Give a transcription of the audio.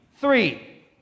three